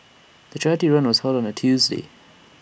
the charity run was held on A Tuesday